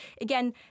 again